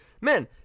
man